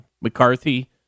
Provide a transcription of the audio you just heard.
McCarthy